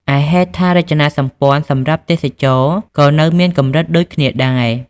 ឯ ហេដ្ឋារចនាសម្ព័ន្ធសម្រាប់ទេសចរណ៍ក៏នៅមានកម្រិតដូចគ្នាដែរ។